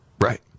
Right